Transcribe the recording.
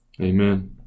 Amen